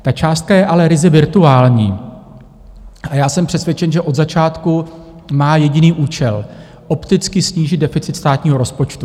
Ta částka je ale ryze virtuální a já jsem přesvědčen, že od začátku má jediný účel opticky snížit deficit státního rozpočtu.